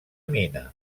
mina